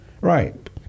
Right